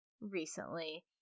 recently